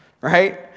Right